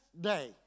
day